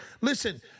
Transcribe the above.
Listen